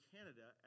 Canada